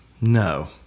no